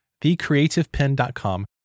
theCreativePen.com